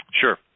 Sure